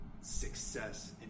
success